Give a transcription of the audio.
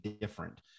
different